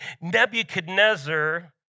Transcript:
Nebuchadnezzar